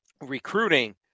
recruiting